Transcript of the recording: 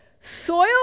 Soil